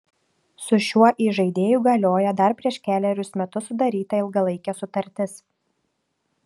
su šiuo įžaidėju galioja dar prieš kelerius metus sudaryta ilgalaikė sutartis